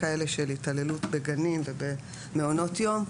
כאלה של התעללות בגנים ובמעונות יום,